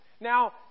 Now